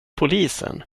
polisen